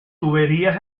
tuberías